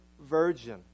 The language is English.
virgin